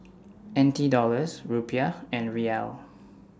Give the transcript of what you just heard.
N T Dollars Rupiah and Riel